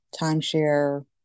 timeshare